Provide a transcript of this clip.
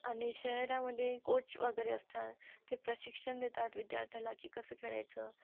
आणि शहरामध्ये कोच वगैरे असतात ते प्रशिक्षण देतात विद्यार्थ्याला की कसं खेळायचं